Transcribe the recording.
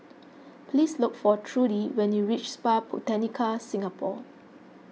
please look for Trudi when you reach Spa Botanica Singapore